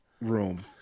room